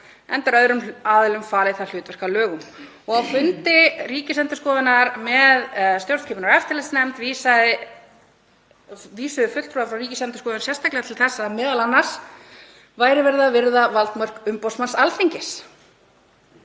enda er öðrum aðilum falið það hlutverk að lögum.“ Á fundi Ríkisendurskoðunar með stjórnskipunar- og eftirlitsnefnd vísuðu fulltrúar Ríkisendurskoðunar sérstaklega til þess að m.a. væri verið að virða valdmörk umboðsmanns Alþingis